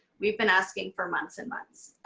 we've been asking for months and months.